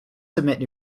submit